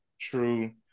True